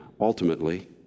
Ultimately